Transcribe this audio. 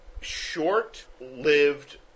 short-lived